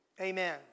Amen